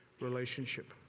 relationship